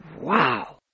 Wow